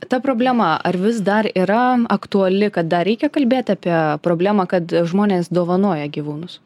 ta problema ar vis dar yra aktuali kad dar reikia kalbėt apie problemą kad žmonės dovanoja gyvūnus